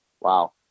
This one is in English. wow